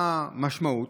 מה המשמעות?